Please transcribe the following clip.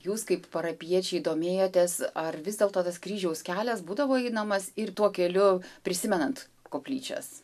jūs kaip parapijiečiai domėjotės ar vis dėlto tas kryžiaus kelias būdavo einamas ir tuo keliu prisimenant koplyčias